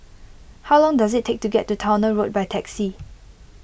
how long does it take to get to Towner Road by taxi